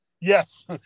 Yes